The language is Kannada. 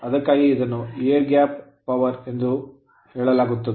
ಅದಕ್ಕಾಗಿಯೇ ಇದನ್ನು air gap power ಗಾಳಿಯ ಅಂತರದಾದ್ಯಂತ ಶಕ್ತಿ ಎಂದು ಹೇಳಲಾಗುತ್ತದೆ